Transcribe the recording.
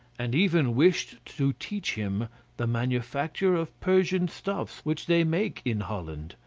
and even wished to teach him the manufacture of persian stuffs which they make in holland.